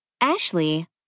Ashley